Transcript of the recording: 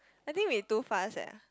I think we too fast leh